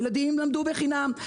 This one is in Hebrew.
הילדים למדו בחינם.